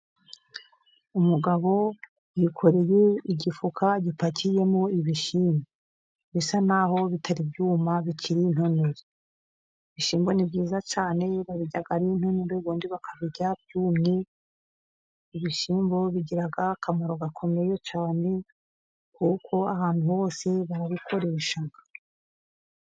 Umugabo yikoreye igifuka gipakiyemo ibishyimbo, bisa naho bitari byuma bikiri intonore, ibishyimbo ni byiza cyane babirya ari intonore ubundi bakabirya byumye, ibishyimbo bigira akamaro gakomeye cyane, kuko ahantu hose barabikoresha.